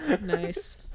nice